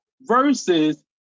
versus